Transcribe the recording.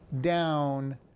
down